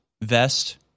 vest